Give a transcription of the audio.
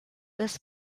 this